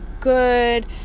good